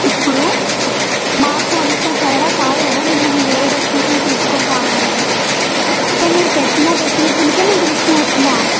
ఇప్పుడు మాకు అంత సరదా కాదు కదా మిమ్మల్ని వేరే డేస్టినేేషన్ తీసుకుని రావడానికి సో మీరు పెట్టిన డెస్టినేేషన్కే నేను తీసుకుని వచ్చాను